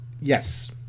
Yes